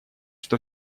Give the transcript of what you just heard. что